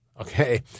Okay